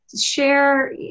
share